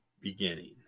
beginning